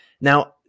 Now